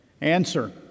Answer